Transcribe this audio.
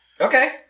Okay